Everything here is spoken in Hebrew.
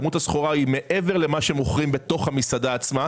כמות הסחורה היא מעבר למה שמוכרים בתוך המסעדה עצמה,